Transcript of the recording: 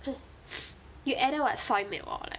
you added what soy milk or like